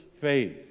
faith